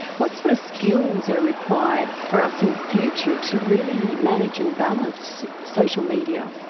what sort of skills are required for us in the future to really manage and balance social media?